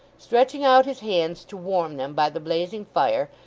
stretching out his hands to warm them by the blazing fire,